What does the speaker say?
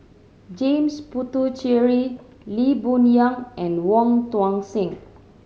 James Puthucheary Lee Boon Yang and Wong Tuang Seng